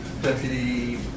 Deputy